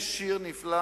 יש שיר נפלא